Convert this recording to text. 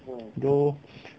though